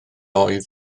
oedd